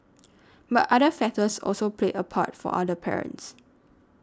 but other factors also played a part for other parents